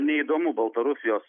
neįdomu baltarusijos